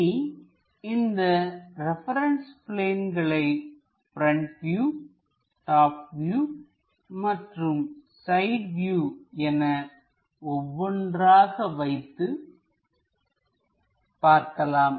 இனி இந்த ரெபரன்ஸ் பிளேகளை ப்ரெண்ட் வியூடாப் வியூ மற்றும் சைடு வியூ என ஒவ்வொன்றாக வைத்து பார்க்கலாம்